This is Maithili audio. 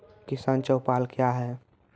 किसान चौपाल क्या हैं?